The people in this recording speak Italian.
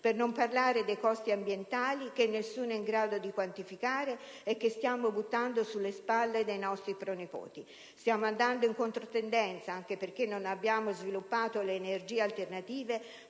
Per non parlare dei costi ambientali che nessuno è in grado di quantificare e che stiamo buttando sulle spalle dei nostri pronipoti. Stiamo andando in controtendenza anche perché non abbiamo sviluppato le energie alternative